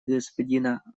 господина